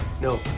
No